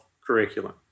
curriculum